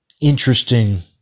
interesting